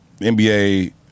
NBA